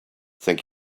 thank